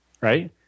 right